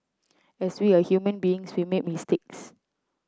as we are human beings we make mistakes